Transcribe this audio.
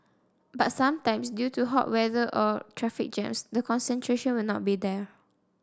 but sometimes due to hot weather or traffic jams the concentration will not be there